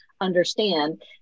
understand